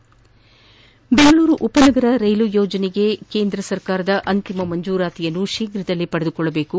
ಜೆಂಗಳೂರು ಉಪನಗರ ರೈಲು ಯೋಜನೆಗೆ ಕೇಂದ್ರ ಸರ್ಕಾರದ ಅಂತಿಮ ಮಂಜೂರಾತಿಯನ್ನು ಶೀಘವಾಗಿ ಪಡೆದುಕೊಳ್ಳಬೇಕು